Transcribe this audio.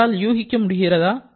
உங்களால் யூகிக்க முடிகிறதா